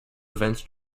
events